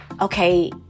okay